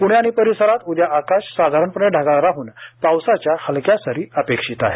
प्णे आणि परिसरात उदया आकाश साधारण ढगाळ राहन पावसाच्या हलक्या सरी अपेक्षित आहेत